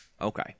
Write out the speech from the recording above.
Okay